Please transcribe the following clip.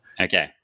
Okay